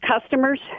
customers